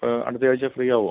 അപ്പോൾ അടുത്ത ആഴ്ച ഫ്രീ ആവുമോ